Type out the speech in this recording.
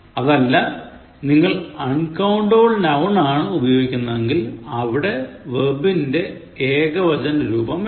അതല്ല നിങ്ങൾ uncountable noun ആണ് ഉപയോഗിക്കുന്നതെങ്കിൽ അവിടെ വെർബിൻറെ ഏകവചന രൂപം വേണം